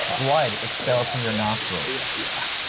blood expels from your nostrils? yeah, yeah.